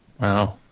Wow